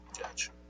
Gotcha